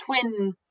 twin